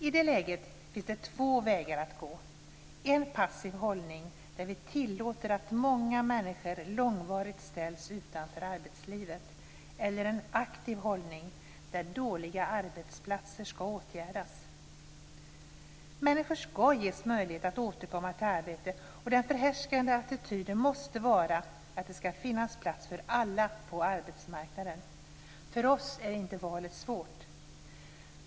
I det läget finns det två vägar att gå, en passiv hållning, där vi tillåter att många människor långvarigt ställs utanför arbetslivet, eller en aktiv hållning, där dåliga arbetsplatser ska åtgärdas. Människor ska ges möjlighet att återkomma till arbete, och den förhärskande attityden måste vara att det ska finnas plats för alla på arbetsmarknaden. För oss är inte valet svårt.